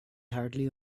hardly